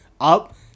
up